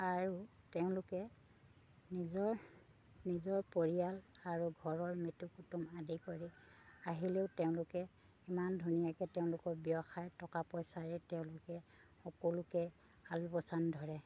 আৰু তেওঁলোকে নিজৰ নিজৰ পৰিয়াল আৰু ঘৰৰ মিটিৰ কুটুম আদি কৰি আহিলেও তেওঁলোকে ইমান ধুনীয়াকে তেওঁলোকৰ ব্যৱসায় টকা পইচাৰে তেওঁলোকে সকলোকে আলপৈচান ধৰে